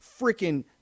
freaking